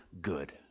good